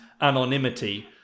anonymity